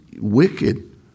wicked